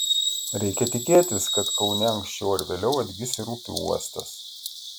reikia tikėtis kad kaune anksčiau ar vėliau atgis ir upių uostas